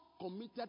committed